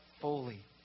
fully